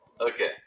Okay